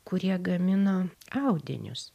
kurie gamino audinius